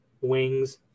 wings